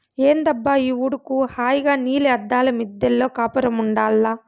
ఏందబ్బా ఈ ఉడుకు హాయిగా నీలి అద్దాల మిద్దెలో కాపురముండాల్ల